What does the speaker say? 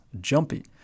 jumpy